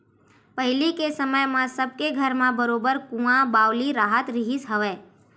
पहिली के समे म सब के घर म बरोबर कुँआ बावली राहत रिहिस हवय